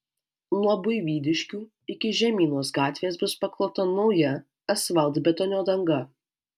nuo buivydiškių iki žemynos gatvės bus paklota nauja asfaltbetonio danga